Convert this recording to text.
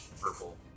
purple